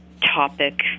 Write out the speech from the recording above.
topic